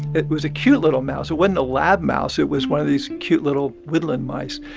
it was a cute little mouse. it wasn't a lab mouse. it was one of these cute little woodland mice.